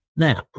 Now